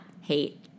hate